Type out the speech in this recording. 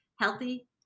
healthy